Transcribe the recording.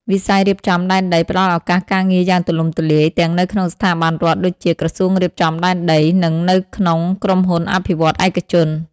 វិស័យរៀបចំដែនដីផ្ដល់ឱកាសការងារយ៉ាងទូលំទូលាយ ទាំងនៅក្នុងស្ថាប័នរដ្ឋដូចជា ក្រសួងរៀបចំដែនដី និងនៅក្នុងក្រុមហ៊ុនអភិវឌ្ឍន៍ឯកជន។